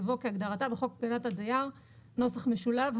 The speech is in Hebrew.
יבוא "כהגדרתה בחוק הגנת הדייר [נוסח משולב],